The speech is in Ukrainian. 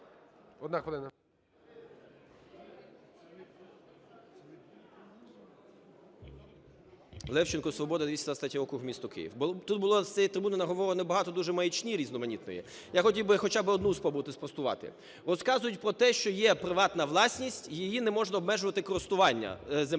Левченко, Свобода, 223 округ, місто Київ. Тут було з цієї трибуни наговорено багато дуже маячні різноманітної. Я хотів би хоча би одну спробувати спростувати. Розказують про те, що є приватна власність і її не можна обмежувати користування: земля